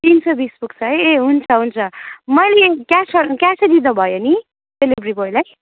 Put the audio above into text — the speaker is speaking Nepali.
तिन सय बिस पुग्छ है ए हुन्छ हुन्छ मैले क्यास क्यासै दिँदा भयो नि डेलिभेरी बोयलाई